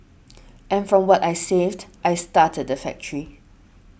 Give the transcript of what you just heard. and from what I saved I started the factory